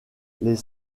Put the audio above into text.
les